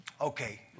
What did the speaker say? okay